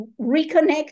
reconnect